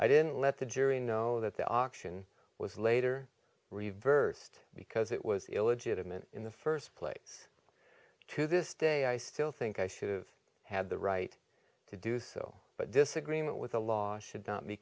i didn't let the jury know that the auction was later reversed because it was illegitimate in the first place to this day i still think i should have had the right to do so but disagreement with the law should not be